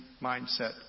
mindset